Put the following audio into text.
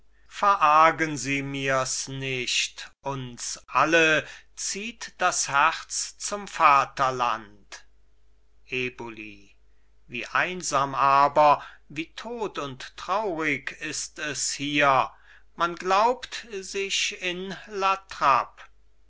verargen sie mirs nicht uns alle zieht das herz zum vaterland eboli wie einsam aber wie tot und traurig ist es hier man glaubt sich in la trappe